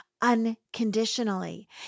unconditionally